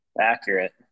accurate